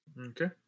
Okay